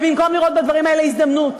ובמקום לראות בדברים האלה הזדמנות,